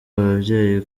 ababyeyi